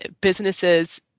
businesses